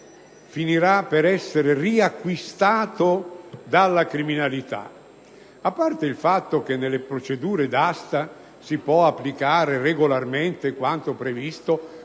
finirà per essere riacquistato dalla criminalità. A parte il fatto che nelle procedure d'asta si può applicare regolarmente quanto previsto